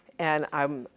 and i'm,